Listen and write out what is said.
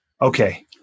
Okay